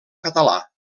català